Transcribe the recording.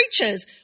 Preachers